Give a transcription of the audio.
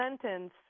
sentence